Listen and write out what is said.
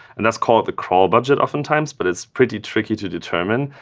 and that's called the crawl budget, oftentimes. but it's pretty tricky to determine,